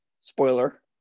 Spoiler